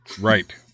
Right